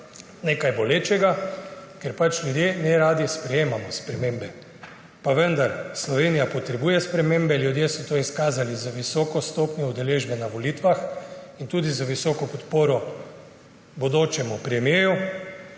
nekaj bolečega, ker pač ljudje neradi sprejemamo spremembe. Pa vendar, Slovenija potrebuje spremembe, ljudje so to izkazali z visoko stopnjo udeležbe na volitvah in tudi z visoko podporo bodočemu premierju.